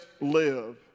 live